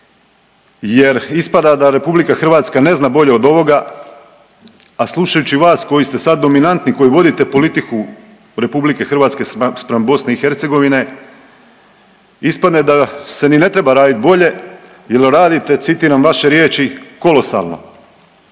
jer ispada da Republika Hrvatska ne zna bolje od ovoga, a slušajući vas koji ste sad dominantni, koji vodite politiku Republike Hrvatske spram BiH ispadne da se ni ne treba raditi bolje, jer radite citiram vaše riječi kolosalno.